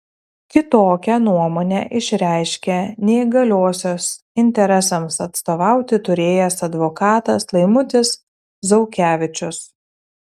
kitokią nuomonę išreiškė neįgaliosios interesams atstovauti turėjęs advokatas laimutis zaukevičius